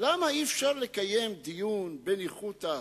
לא לקדם את זה?